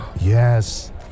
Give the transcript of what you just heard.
Yes